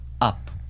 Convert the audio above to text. up